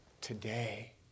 today